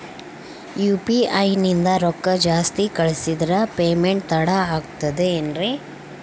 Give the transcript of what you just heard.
UPI ನಿಂದ ರೊಕ್ಕ ಜಾಸ್ತಿ ಕಳಿಸಿದರೆ ಪೇಮೆಂಟ್ ತಡ ಆಗುತ್ತದೆ ಎನ್ರಿ?